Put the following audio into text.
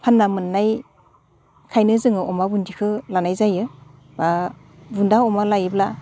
फानना मोननायखायनो जोङो अमा बुन्दिखो लानाय जायो बा बुन्दा अमा लायोब्ला